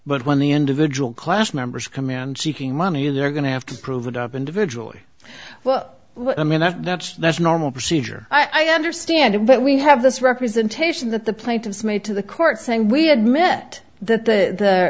but when the individual class members command seeking money they're going to have to prove it up individually well i mean that's that's that's normal procedure i understand it but we have this representation that the plaintiffs made to the court saying we admit that th